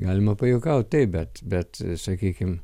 galima pajuokaut taip bet bet sakykim